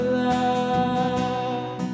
love